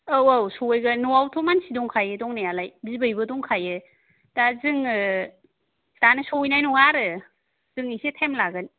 औ औ सहैगोन न'आवथ' मानसि दंखायो दंनायालाय बिबैबो दंखायो दा जोङो दानो सहैनाय नङा आरो जों एसे टाइम लागोन